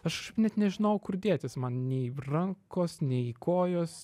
aš net nežinojau kur dėtis man nei rankos nei kojos